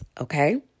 Okay